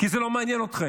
כי זה לא מעניין אתכם.